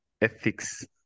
ethics